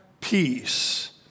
peace